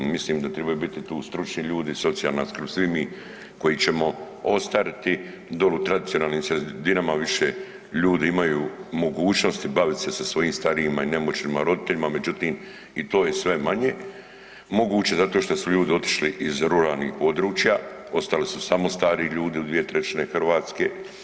Mislim da tribaju biti tu stručni ljudi socijalna skrb, svi mi koji ćemo ostariti doli u tradicionalnim sredinama više ljudi imaju mogućnosti baviti se sa svojim starijima i nemoćnima roditeljima, međutim i to je sve manje moguće zato što su ljudi otišli iz ruralnih područja, ostali su samo stari ljudi u dvije trećine Hrvatske.